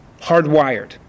Hardwired